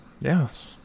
Yes